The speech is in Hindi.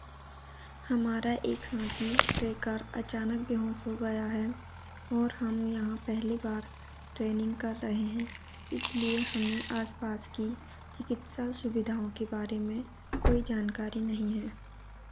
हमारा एक साथी ट्रेकर अचानक बेहोश हो गया है और हम यहाँ पहली बार ट्रेनिंग कर रहे हैं इसलिए हमें आसपास की चिकित्सा सुविधाओं के बारे में कोई जानकारी नहीं है